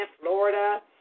Florida